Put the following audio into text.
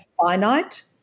finite